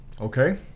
Okay